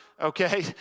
okay